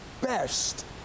best